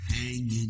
hanging